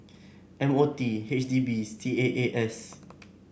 M O T H D B C A A S